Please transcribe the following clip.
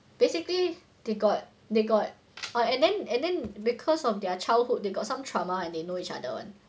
basically they got they got oh and then and then because of their childhood they got some trauma and they know each other [one]